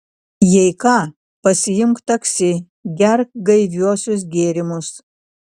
jei ką pasiimk taksi gerk gaiviuosius gėrimus